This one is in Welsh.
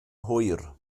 hwyr